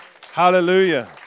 Hallelujah